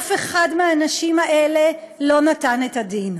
אף אחד מהאנשים האלה לא נתן את הדין.